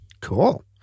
Cool